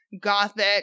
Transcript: gothic